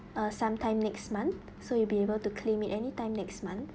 uh some time next month so you'll be able to claim it anytime next month